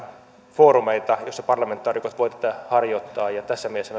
foorumeita joissa parlamentaarikot voivat tätä harjoittaa tässä mielessä